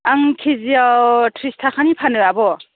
आं केजिआव ट्रिस थाखानि फानो आब'